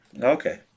okay